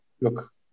look